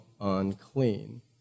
unclean